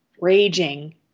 raging